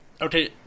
Okay